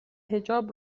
حجاب